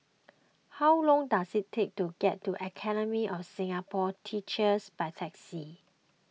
how long does it take to get to Academy of Singapore Teachers by taxi